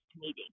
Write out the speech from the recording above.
meeting